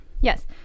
yes